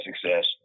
success